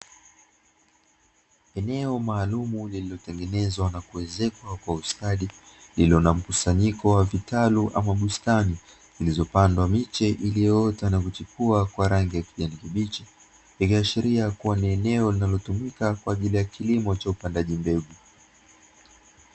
Eneo maalumu lililotengenezwa na kuezekwa kwa ustadi lilo na mkusanyiko wa vitalu au bustani, iliyopandwa miche iliyoota na kuchipua kwa rangi ya kijani kibichi ikiashiria ni eneo linalotumika kwa ajili ya upandaji mbegu.